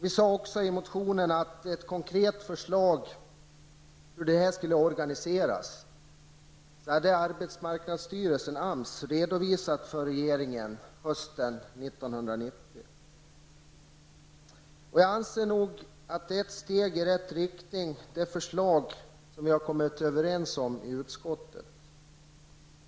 I motionen sade vi också att ett konkret förslag till hur detta skall organiseras har arbetsmarknadsstyrelsen, AMS, redovisat för regeringen hösten 1990. Jag anser nog att det förslag som vi kom överens om i utskottet är ett steg i rätt riktning.